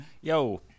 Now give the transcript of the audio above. Yo